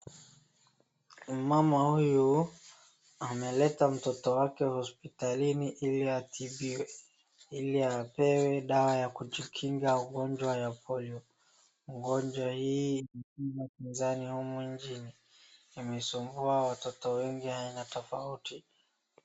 Mama huyu ameleta mtoto wake hospitalini ili atibiwe ili apewe dawa ya kujikinga ugonjwa ya polio ugonjwa hii imeleta upinzani humu nchini imesumbua watoto wengi aina tofauti